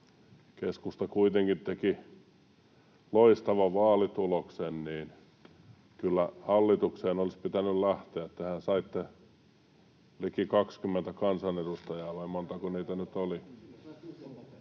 keskusta kuitenkin teki loistavan vaalituloksen, niin kyllä hallitukseen olisi pitänyt lähteä. Tehän saitte liki 20 kansanedustajaa, vai montako niitä nyt oli?